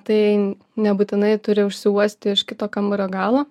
tai nebūtinai turi užsiuosti iš kito kambario galo